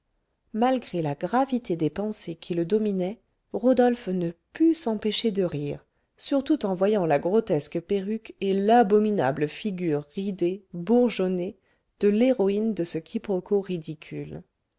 malgré la gravité des pensées qui le dominaient rodolphe ne put s'empêcher de rire surtout en voyant la grotesque perruque et l'abominable figure ridée bourgeonnée de l'héroïne de ce quiproquo ridicule